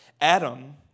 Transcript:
Adam